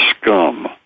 scum